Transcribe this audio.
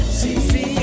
see